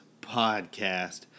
Podcast